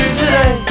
today